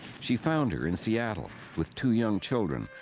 she found her in seattle with two young children,